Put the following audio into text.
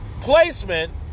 placement